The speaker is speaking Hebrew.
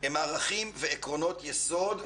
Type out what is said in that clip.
הם ערכים ועקרונות יסוד,